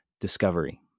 discovery